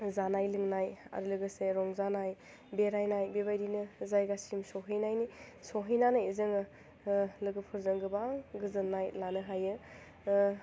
जानाय लोंनाय आरो लोगोसे रंजानाय बेरायनाय बेबायदिनो जायगासिम सौहैनायनि सहैनानै जोङो लोगोफोरजों गोबां गोजोन्नाय लानो हायो